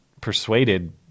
persuaded